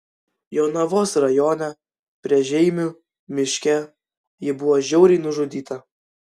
jonavos rajone prie žeimių miške ji buvo žiauriai nužudyta